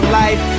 life